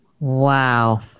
Wow